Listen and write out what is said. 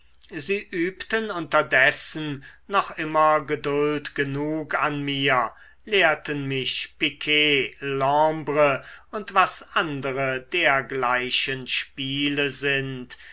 sie übten unterdessen noch immer geduld genug an mir lehrten mich piquet l'hombre und was andere dergleichen spiele sind